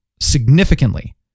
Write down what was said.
significantly